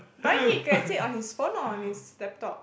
but then he could have said on his phone or on his laptop